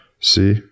See